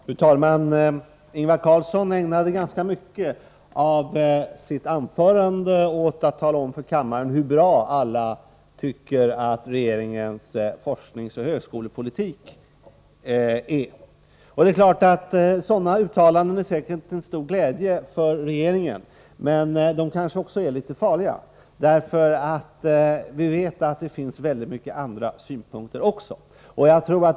Fru talman! Ingvar Carlsson ägnade ganska mycket av sitt anförande åt att tala om för kammarens ledamöter hur bra alla tycker att regeringens forskningsoch högskolepolitik är. Sådana uttalanden är säkerligen till stor glädje för regeringen, men kanske är de också litet farliga. Vi vet ju att det även finns väldigt många andra synpunkter.